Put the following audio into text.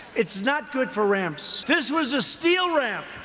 it's not good for ramps. this was a steel ramp.